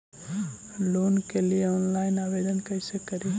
Loan के लिये online आवेदन कैसे करि?